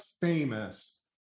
famous